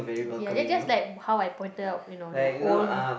ya just just like how I pointed out you know the om